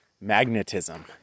magnetism